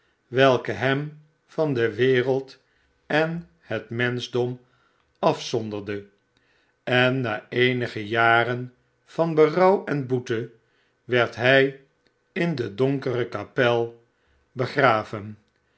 welke hem van de wereld en het menschdom afzonderde en na eenige jaren van berouw en boete werd hij in de donkere kapel begraven